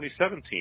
2017